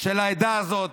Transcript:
של העדה הזאת